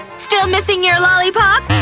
still missing your lollipop?